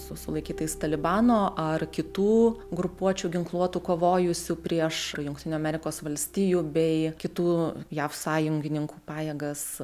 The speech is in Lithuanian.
su sulaikytais talibano ar kitų grupuočių ginkluotų kovojusių prieš jungtinių amerikos valstijų bei kitų jav sąjungininkų pajėgas